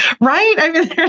Right